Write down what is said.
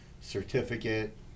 certificate